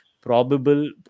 probable